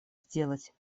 сделать